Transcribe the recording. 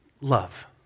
Love